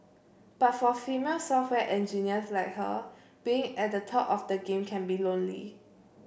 but for female software engineers like her being at the top of the game can be lonely